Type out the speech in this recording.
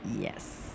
Yes